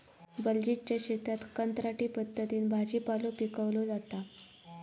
बलजीतच्या शेतात कंत्राटी पद्धतीन भाजीपालो पिकवलो जाता